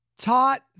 taught